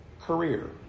career